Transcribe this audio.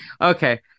Okay